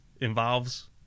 involves